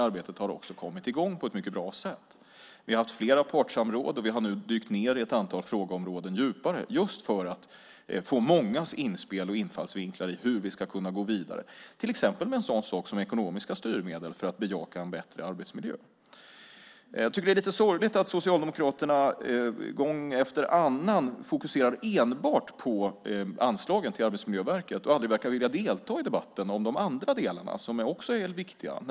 Arbetet har också kommit i gång på ett mycket bra sätt. Vi har haft flera partssamråd och har nu dykt ned djupare i ett antal frågeområden, just för att få mångas inspel och infallsvinklar i hur vi ska kunna gå vidare med till exempel en sådan sak som ekonomiska styrmedel för att bejaka en bättre arbetsmiljö. Det är lite sorgligt att Socialdemokraterna gång efter annan fokuserar enbart på anslagen till Arbetsmiljöverket och aldrig verkar vilja delta i debatten om de andra delarna som också är viktiga.